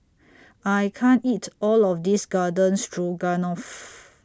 I can't eat All of This Garden Stroganoff